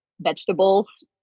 vegetables